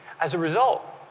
as a result,